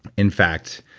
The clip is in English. in fact,